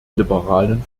liberalen